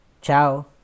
Ciao